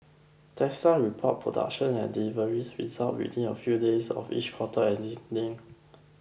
Tesla reports production and deliveries results within a few days of each quarter